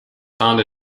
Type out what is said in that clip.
found